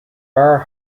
bar